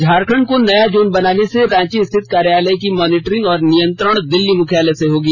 झारखंड को नया जोन बनाने से रांची स्थित कार्यालय की मॉनिटरिंग और नियंत्रण दिल्ली मुख्यालय से होगी